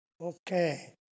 Okay